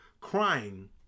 crying